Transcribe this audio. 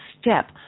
step